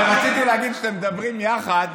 אבל רציתי להגיד שאתם מדברים יחד,